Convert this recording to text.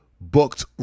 booked